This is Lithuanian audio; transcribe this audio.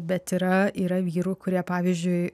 bet yra yra vyrų kurie pavyzdžiui